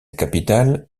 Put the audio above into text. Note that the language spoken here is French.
capitale